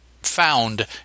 found